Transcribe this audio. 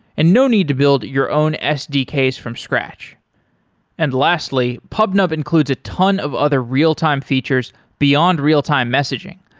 and no need to build your own sdks from scratch and lastly, pubnub includes a ton of other real-time features beyond real-time messaging,